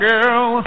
Girl